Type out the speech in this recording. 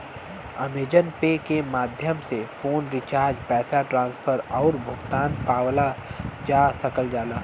Amazon pay के माध्यम से फ़ोन रिचार्ज पैसा ट्रांसफर आउर भुगतान पावल जा सकल जाला